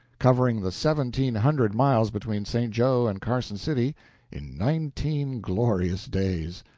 covering the seventeen hundred miles between st. jo and carson city in nineteen glorious days.